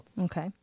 Okay